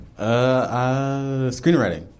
Screenwriting